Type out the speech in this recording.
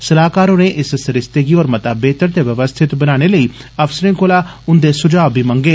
स्लाहकार होरें इस सरिस्ते गी होर मता बेहतर ते व्यवस्थित बनाने लेई अफसरें कोला उन्दे सुझाव बी मंगै